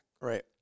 Right